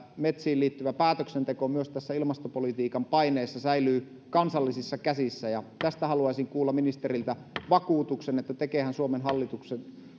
metsiin liittyvä päätöksenteko myös tässä ilmastopolitiikan paineessa säilyy kansallisissa käsissä tästä haluaisin kuulla ministeriltä vakuutuksen että tekeehän suomen